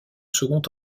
second